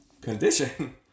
condition